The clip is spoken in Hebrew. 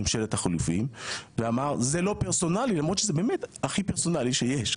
ממשלת החילופין ואמר שזה לא פרסונלי למרות שזה הכי פרסונלי שיש.